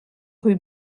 rue